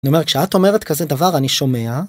נאמר כשאת אומרת כזה דבר אני שומע